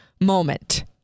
moment